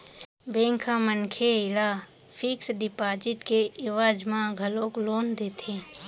bank ह मनखे ल फिक्स डिपाजिट के एवज म घलोक लोन देथे